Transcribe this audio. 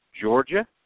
Georgia